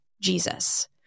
Jesus